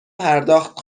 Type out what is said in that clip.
پرداخت